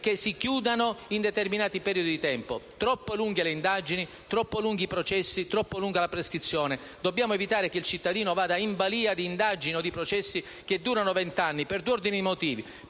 che si chiudano in determinati periodi di tempo. Troppo lunghe le indagini, troppo lunghi i processi, troppo lunga la prescrizione. Dobbiamo impedire che il cittadino sia in balia di indagini o processi che durano vent'anni per due ordini di motivi: